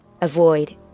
avoid